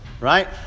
right